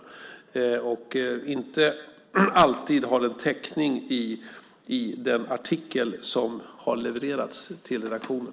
Inte alltid har den täckning i den artikel som har levererats till redaktionen.